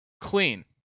Clean